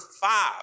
five